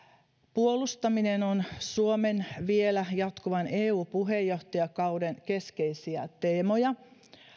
puolustaminen on suomen vielä jatkuvan eu puheenjohtajakauden keskeisiä teemoja